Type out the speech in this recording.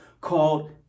called